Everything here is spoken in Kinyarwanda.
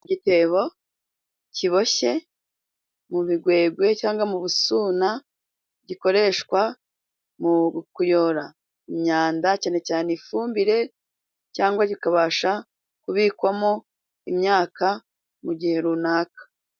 Igitebo kiboshye mu bigwegwe cyangwa mu busuna gikoreshwa mu kuyora imyanda, cyane cyane ifumbire cyangwa kikabasha kubikwamo imyaka mu gihe runaka.